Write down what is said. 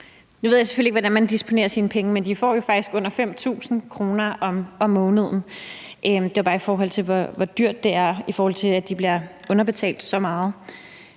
Nu ved jeg selvfølgelig ikke, hvordan de disponerer over deres penge, men de får jo faktisk under 5.000 kr. om måneden. Det var bare for at pege på, hvor dyrt det er, i forhold til at de bliver underbetalt så meget.